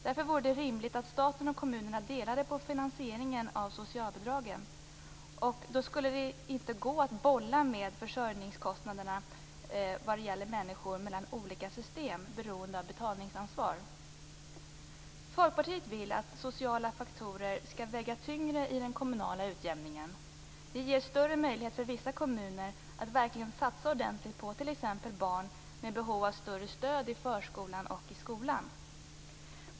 Därför vore det rimligt att staten och kommunerna delade på finansieringen av socialbidragen. Då skulle det inte gå att bolla med försörjningskostnader för människor mellan olika system beroende av betalningsansvar. Folkpartiet vill att sociala faktorer skall väga tyngre i den kommunala utjämningen. Det ger större möjligheter för vissa kommuner att verkligen satsa ordentligt på t.ex. barn med behov av större stöd i förskolan och i skolan.